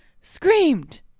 screamed